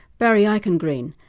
barry eichengreen,